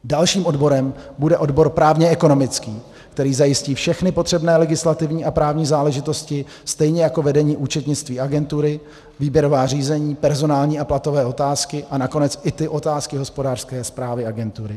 Dalším odborem bude odbor právněekonomický, který zajistí všechny potřebné legislativní a právní záležitosti stejně jako vedení účetnictví agentury, výběrová řízení, personální a platové otázky a nakonec i ty otázky hospodářské správy agentury.